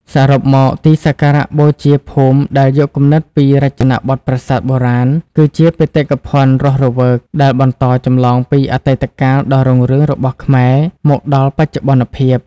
សរុបមក ទីសក្ការៈបូជាភូមិដែលយកគំនិតពីរចនាបថប្រាសាទបុរាណ គឺជា បេតិកភណ្ឌរស់រវើក ដែលបន្តចម្លងពីអតីតកាលដ៏រុងរឿងរបស់ខ្មែរ មកដល់បច្ចុប្បន្នភាព។